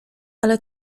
ale